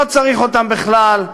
שלא צריך אותם בכלל,